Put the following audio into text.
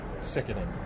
sickening